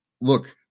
look